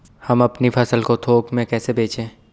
हम अपनी फसल को थोक में कैसे बेचें?